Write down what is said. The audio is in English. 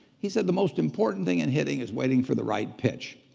he said the most important thing in hitting is waiting for the right pitch.